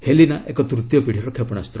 ହେଲିନା ଏକ ତୂତୀୟ ପିଢ଼ିର କ୍ଷେପଣାସ୍ତ